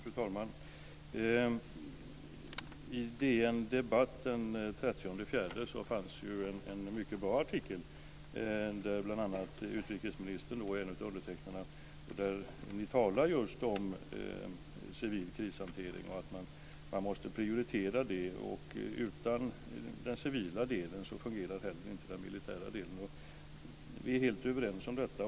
Fru talman! På DN Debatt den 30 april fanns det en mycket bra artikel, där utrikesministern är en av undertecknarna. Ni talar där just om civil krishantering och att man måste prioritera det. Utan den civila delen fungerar inte heller den militära delen. Vi är helt överens om detta.